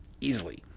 easily